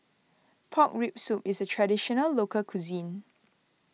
Pork Rib Soup is a Traditional Local Cuisine